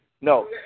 no